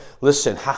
listen